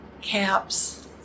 caps